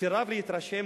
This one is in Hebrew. סירב להתרשם,